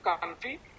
Country